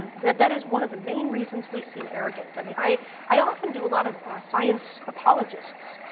that that is one of the main reasons we seem arrogant. i mean i i often do a lot of science apologists.